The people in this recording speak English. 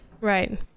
right